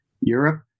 Europe